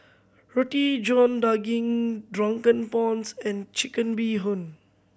Roti John Daging Drunken Prawns and Chicken Bee Hoon